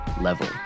level